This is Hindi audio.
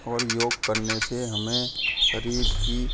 और योग करने से हमें शरीर की